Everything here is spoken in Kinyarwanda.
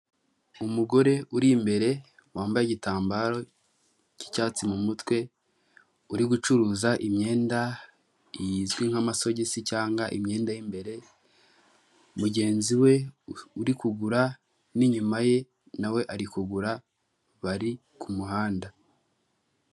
Umugore uri imbere wambaye igitambaro cy'icyatsi mu mutwe, uri gucuruza imyenda izwi nk'amasogisi cyangwa imyenda y'imbere; mugenzi we uri kugura n'inyuma ye nawe ari kugura bari ku muhanda.